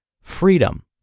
freedom